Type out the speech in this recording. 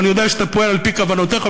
ואני יודע שאתה פועל על-פי כוונותיך,